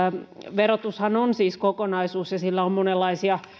verotushan on siis kokonaisuus ja sillä on monenlaisia